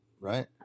right